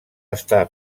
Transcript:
està